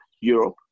Europe